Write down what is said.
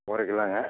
ஒரு கிலோங்க